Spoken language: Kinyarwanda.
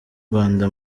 rwanda